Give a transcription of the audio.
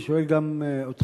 ושואל גם אותך,